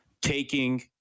taking